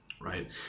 right